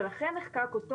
ולכן נחקק אותו